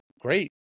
great